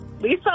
Lisa